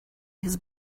his